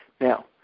Now